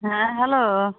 হ্যাঁ হ্যালো